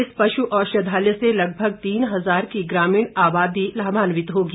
इस पशु औषधालय से लगभग तीन हजार की ग्रामीण आबादी लाभान्वित होगी